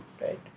right